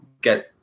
get